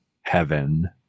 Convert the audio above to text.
heaven